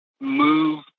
move